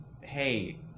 hey